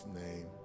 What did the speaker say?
name